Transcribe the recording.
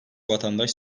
vatandaş